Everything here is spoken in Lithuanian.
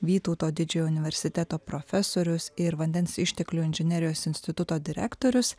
vytauto didžiojo universiteto profesorius ir vandens išteklių inžinerijos instituto direktorius